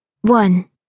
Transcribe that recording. One